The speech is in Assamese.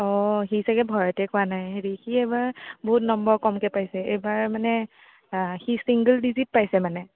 অঁ সি ছাগে ভয়তে কোৱা নাই হেৰি সি এইবাৰ বহুত নম্বৰ কমকৈ পাইছে এইবাৰ মানে ছিংগল ডিজিট পাইছে মানে